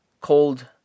called